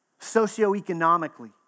socioeconomically